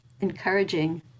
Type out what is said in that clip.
encouraging